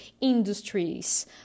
industries